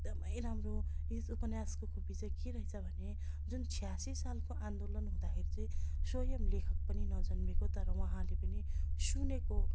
एकदम राम्रो यो चाहिँ उपन्यासको खुबी चाहिँ के रहेछ भने जुन छयासी सालको आन्दोलन हुँदाखेरि चाहिँ स्वयम् लेखक पनि नजन्मेको तर उहाँले पनि सुनेको